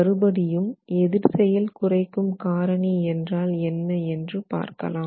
மறுபடியும் எதிர் செயல் குறைக்கும் காரணி என்றால் என்ன என்று பார்க்கலாம்